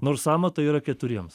nors sąmata yra keturiems